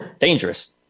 dangerous